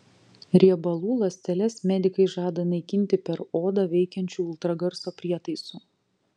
riebalų ląsteles medikai žada naikinti per odą veikiančiu ultragarso prietaisu